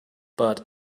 but